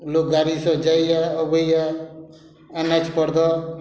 लोग गाड़ीसँ जाइए अबइए एन एच पर दऽ